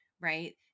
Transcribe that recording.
right